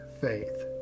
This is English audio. faith